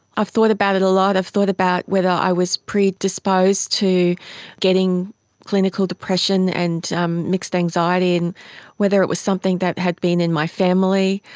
i've thought about it a lot, i've thought about whether i was predisposed to getting clinical depression and um mixed anxiety and whether it was something that had been in my family,